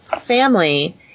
family